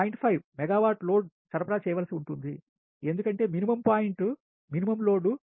5 మెగావాట్ల లోడ్ సరఫరా చేయవలసి ఉంటుంది ఎందుకంటే మినిమమ్ పాయింట్ మినిమమ్ లోడ్ 0